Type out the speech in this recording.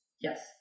Yes